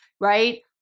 right